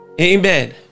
Amen